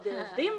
עוד עובדים?